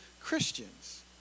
Christians